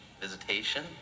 visitation